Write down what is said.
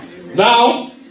Now